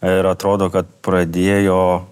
ir atrodo kad pradėjo